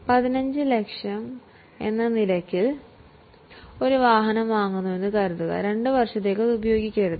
നിങ്ങൾ വാങ്ങിയത് 15 ലക്ഷത്തിൽ ഒരു വാഹനം എന്ന് കരുതുക 2 വർഷത്തേക്ക് അത് ഉപയോഗിച്ചിട്ടില്ല